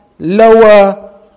lower